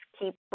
keep